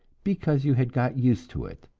because you had got used to it,